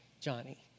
Johnny